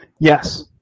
Yes